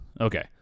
Okay